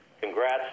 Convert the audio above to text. Congrats